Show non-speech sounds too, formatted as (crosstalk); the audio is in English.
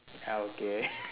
ya okay (laughs)